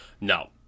No